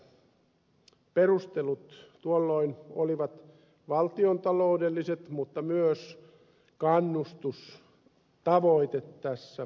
perustelut tuolloin olivat valtiontaloudelliset mutta myös kannustustavoite tässä oli